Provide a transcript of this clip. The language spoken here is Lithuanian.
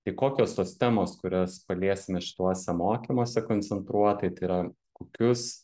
tai kokios tos temos kurias paliesime šituose mokymuose koncentruotai tai yra kokius